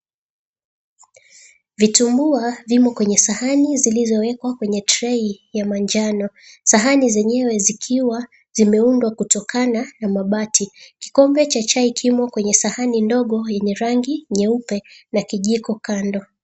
Vitumbua vimo kwenye sahani ziliziwekwa kwenye tray ya manjano, sahani zenyewe zikiwa zimeundwa kutokana na mabati, kikombe cha chai kimo kwenye sahani ndogo yenye rangi nyeupe na kijiko kando.